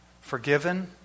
Forgiven